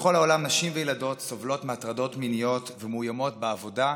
בכל העולם נשים וילדות סובלות מהטרדות מיניות ומאוימות בעבודה,